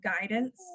guidance